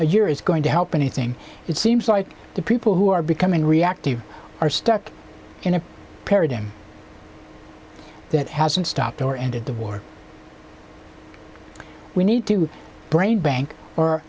a year is going to help anything it seems like the people who are becoming reactive are stuck in a paradigm that hasn't stopped or ended the war we need to brain bank or